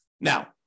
now